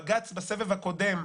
בג"ץ בסבב הקודם,